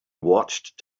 watched